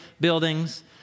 buildings